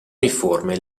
uniforme